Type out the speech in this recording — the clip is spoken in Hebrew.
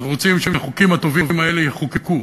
אנחנו רוצים שהחוקים הטובים האלה יחוקקו,